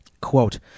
Quote